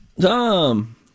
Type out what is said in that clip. Tom